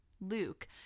Luke